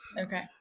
Okay